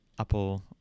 Apple